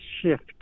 shift